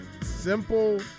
simple